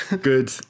Good